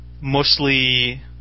mostly